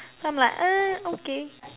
then I'm like okay